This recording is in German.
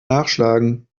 nachschlagen